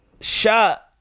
shot